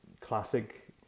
classic